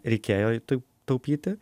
reikėjo taupyti